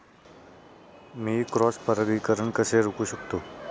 मी cross परागीकरण कसे रोखू शकतो?